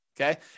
Okay